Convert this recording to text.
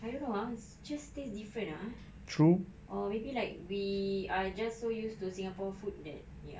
I don't know ah oh it's just damn different ah or maybe like we are just so used to singapore food that ya